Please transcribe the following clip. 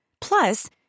Plus